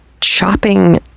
chopping